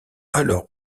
alors